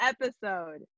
episode